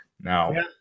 Now